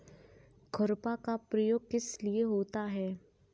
खुरपा का प्रयोग किस लिए होता है?